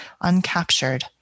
uncaptured